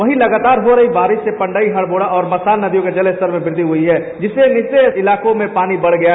वहीं लगातार हो रही बारिश से पंडई हरबोड़ा और मसान नदियों के जलस्तर में वृद्धि हुई है जिससे निचले इलाकों में पानी बढ़ गया है